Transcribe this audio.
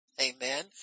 Amen